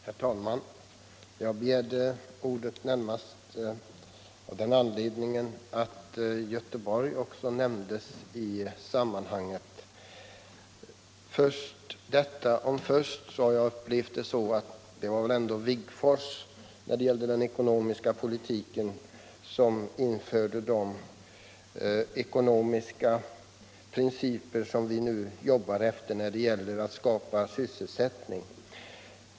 Herr talman! Jag begärde ordet närmast av den anledningen att Göteborg också nämndes i sammanhanget. Först vill jag emellertid säga att jag har upplevt det så att det var Ernst Wigforss som införde de ekonomiska principer som vi nu jobbar efter när det gäller att skapa sysselsättning.